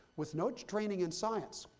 with no training in science,